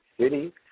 City